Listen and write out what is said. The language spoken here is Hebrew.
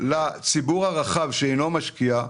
לציבור הרחב שלא משקיע,